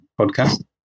podcast